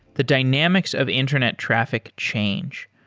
the dynamics of internet traffic change.